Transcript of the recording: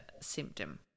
symptom